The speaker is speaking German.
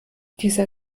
dieser